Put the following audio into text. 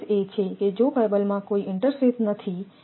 તેનો અર્થ એ છે કે જો કેબલમાં કોઈ ઇન્ટરસેથ નથી